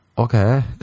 okay